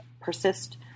persist